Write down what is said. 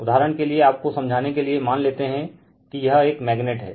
उदाहरण के लिए आपको समझाने के लिए मान लेते है कि यह एक मैगनेट है